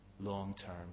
long-term